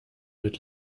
mit